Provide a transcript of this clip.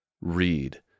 read